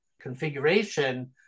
configuration